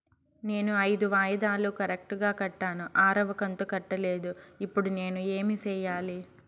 నేను ఐదు వాయిదాలు కరెక్టు గా కట్టాను, ఆరవ కంతు కట్టలేదు, ఇప్పుడు నేను ఏమి సెయ్యాలి?